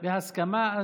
בהסכמה?